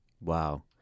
Wow